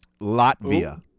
Latvia